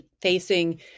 facing